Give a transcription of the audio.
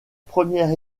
première